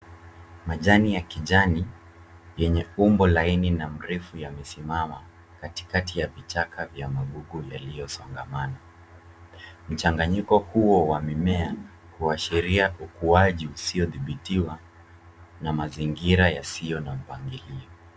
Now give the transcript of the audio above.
Majani ya kijani yenye umbo laini na mrefu yamesimama katikati ya vichaka vya mabukule yaliyosongamana. Mchanganyiko huo wa mimea huashiria ukuaji usio dhibitiwa na mazingira yasiyo na mpangilio.